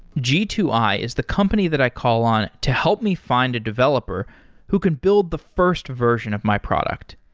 g two i is the company that i call on to help me find a developer who can build the first version of my product.